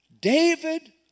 David